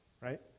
Right